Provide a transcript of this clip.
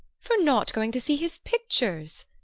for not going to see his pictures!